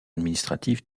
administratif